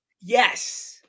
Yes